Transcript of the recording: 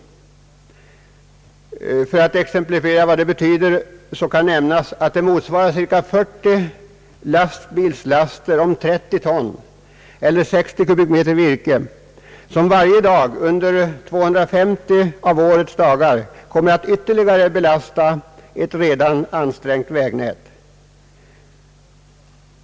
För att exemplifiera vad det betyder kan jag nämna att det motsvarar per dag cirka 40 lastbilslaster om 30 ton eller 60 kubikmeter virke som under 250 av årets dagar ytterligare kommer att belasta ett redan ansträngt vägnät.